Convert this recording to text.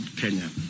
Kenya